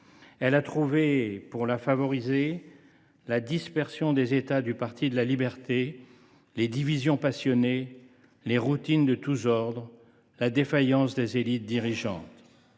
Elle a trouvé, pour la favoriser, la dispersion des États du parti de la liberté […], les divisions passionnées, les routines de tous ordres, la défaillance des élites dirigeantes